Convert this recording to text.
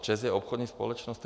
ČEZ je obchodní společnost?